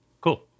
cool